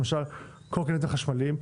למשל קורקינטים חשמליים.